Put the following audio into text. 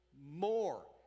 more